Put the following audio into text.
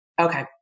Okay